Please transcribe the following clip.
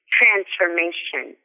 transformation